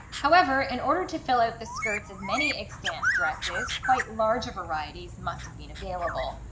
however in order to fill out the skirts of many extant dresses quite larger varieties must have been available,